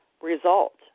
result